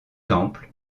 temple